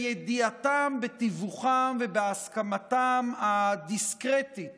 גם בידיעתם, בתיווכם ובהסכמתם הדיסקרטית